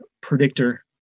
predictor